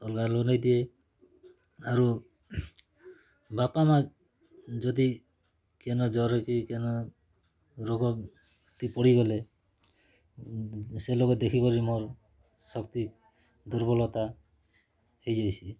ଅଲଗା ଲୋକ୍ ନେଇ ଦିଏ ଆରୁ ବାପା ମାଆ ଯଦି କେନ୍ ଜରେ କେ କେନ୍ ରୋଗ ତି ପଡ଼ିଗଲେ ସେ ଲୋକ୍ ଦେଖି କରି ମୋର୍ ଶକ୍ତି ଦୁର୍ବଳତା ହେଇ ଯାଇସି